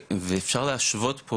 ואפשר להשוות פה,